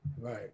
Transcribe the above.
Right